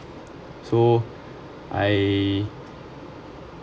so I